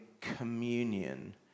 communion